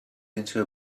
into